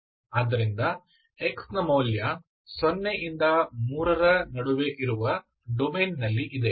ಆದ್ದರಿಂದ x ನ ಮೌಲ್ಯ 0 ರಿಂದ 3 ರ ನಡುವೆ ಇರುವ ಡೊಮೇನ್ ನಲ್ಲಿ ಇದೆ